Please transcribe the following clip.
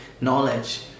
Knowledge